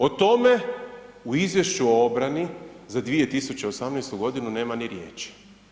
O tome u izvješću o obrani za 2018. godinu nema ni riječi.